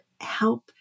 help